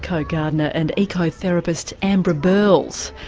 co-gardener and ecotherapist ambra burls.